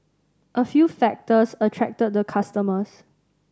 a few factors attracted the customers